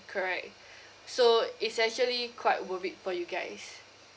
correct so it's actually quite worth it for you guys